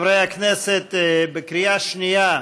חברי הכנסת, בקריאה שנייה,